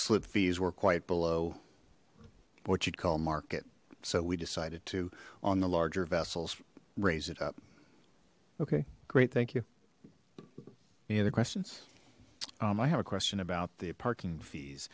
slip fees were quite below what you'd call market so we decided to on the larger vessels raise it up okay great thank you any other questions i have a question about the parking fees